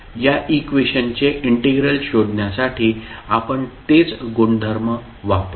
या इक्वेशनचे इंटिग्रल शोधण्यासाठी आपण तेच गुणधर्म वापरू